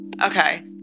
Okay